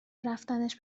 رفتنش